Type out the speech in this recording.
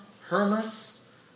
Hermas